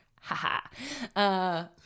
Ha-ha